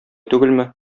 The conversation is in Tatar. түгелме